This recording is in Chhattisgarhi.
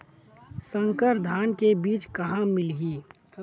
संकर धान के बीज कहां मिलही?